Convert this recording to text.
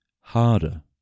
harder